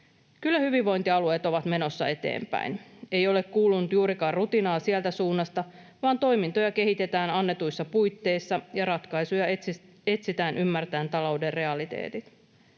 Kyllä hyvinvointialueet ovat menossa eteenpäin. Ei ole kuulunut juurikaan rutinaa sieltä suunnasta, vaan toimintoja kehitetään annetuissa puitteissa ja ratkaisuja etsitään ymmärtäen talouden realiteetit.